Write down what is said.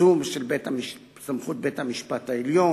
צמצום של סמכות בית-המשפט העליון,